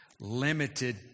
limited